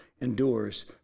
endures